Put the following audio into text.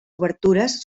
obertures